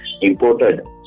imported